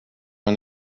man